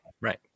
right